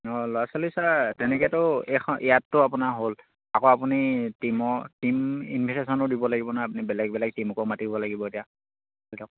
অঁ ল'ৰা ছোৱালী ছাৰ তেনেকেতো এখন ইয়াততো আপোনাৰ হ'ল আকৌ আপুনি টীমৰ টীম দিব লাগিব নহয় আপুনি বেলেগ বেলেগ টীমকো মাতিব লাগিব